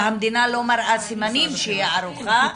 והמדינה לא מראה סימנים שהיא ערוכה,